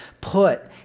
put